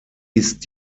ist